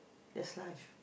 that's life